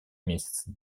месяцы